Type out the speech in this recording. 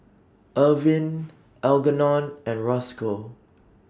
Irvin Algernon and Rosco